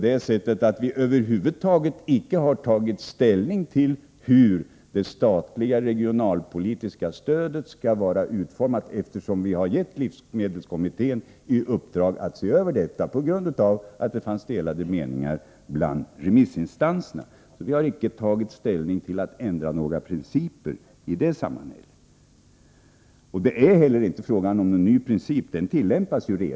Vi har över huvud taget inte tagit ställning till hur det statliga, regionalpolitiska stödet skall vara utformat, eftersom vi har givit livsmedelskommittén i uppdrag att se över detta på grund av att det bland remissinstanserna fanns delade meningar om det. Vi har alltså icke tagit ställning till ändring av några principer i det sammanhanget. Det är inte heller fråga om någon ny princip.